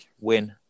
Win